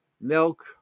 milk